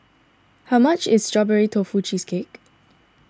how much is Strawberry Tofu Cheesecake